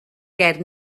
ger